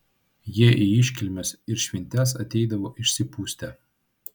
jie į iškilmes ir šventes ateidavo išsipustę